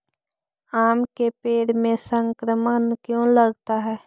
आम के पेड़ में संक्रमण क्यों लगता है?